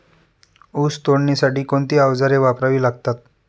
ऊस तोडणीसाठी कोणती अवजारे वापरावी लागतात?